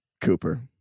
Cooper